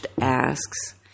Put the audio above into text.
asks